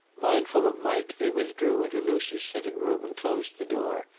mindful of mike, they withdrew into lucy's sitting-room and closed the door,